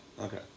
Okay